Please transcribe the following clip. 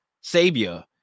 savior